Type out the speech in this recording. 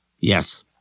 Yes